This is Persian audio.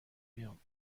بیام